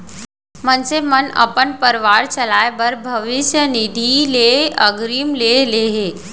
मनसे मन अपन परवार चलाए बर भविस्य निधि ले अगरिम ले हे